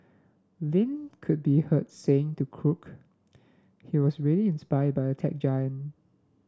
Lin could be heard saying to Cook he was really inspired by the tech giant